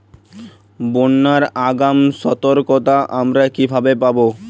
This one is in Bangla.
বন্যার আগাম সতর্কতা আমরা কিভাবে পাবো?